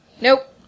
Nope